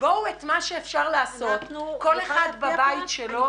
בואו את מה שאפשר לעשות, כל אחד בבית שלו, נעשה.